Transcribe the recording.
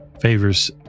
Favors